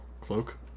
cloak